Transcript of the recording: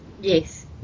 Yes